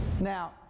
Now